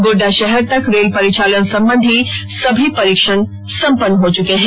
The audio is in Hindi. गोड्डा शहर तक रेल परिचालन संबंधी सभी परीक्षण संपन्न हो चुका है